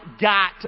got